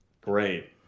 Great